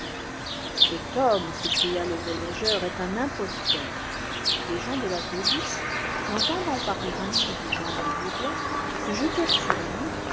cet homme s'écria le voyageur est un imposteur des gens de la police l'entendant parler ainsi du gendre du roi se jetèrent sur lui